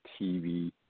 TV